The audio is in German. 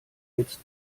jetzt